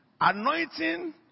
Anointing